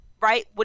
Right